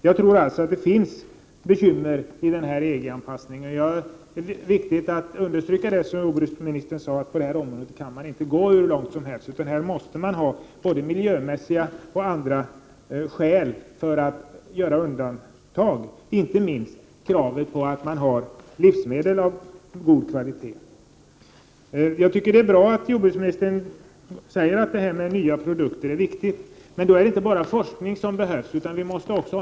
Jag tror alltså att det finns vissa bekymmer vid anpassningen till EG, och det är viktigt att understryka vad jordbruksministern sade om att vi inte kan gå hur långt som helst. Vi har både miljöhänsyn och andra skäl för att göra undantag — inte minst att livsmedlen skall vara av god kvalitet. Det är bra att jordbruksministern säger att det är viktigt att få fram nya produkter, men det är inte bara forskning som behövs för att åstadkomma detta.